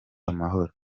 amahoro